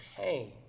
pain